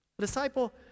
disciple